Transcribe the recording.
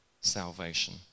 salvation